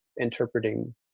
interpreting